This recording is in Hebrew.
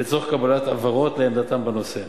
לצורך קבלת הבהרות לעמדתם בנושא.